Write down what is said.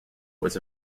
was